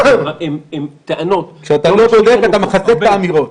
הן טענות --- כשאתה לא בודק אתה מחזק את האמירות.